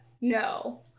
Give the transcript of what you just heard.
No